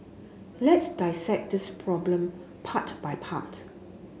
let's dissect this problem part by part